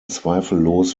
zweifellos